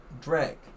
Drag